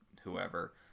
whoever